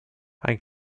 ein